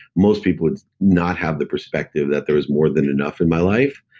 most people do not have the perspective that there's more than enough in my life.